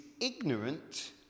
ignorant